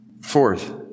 Fourth